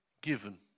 given